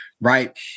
right